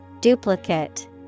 Duplicate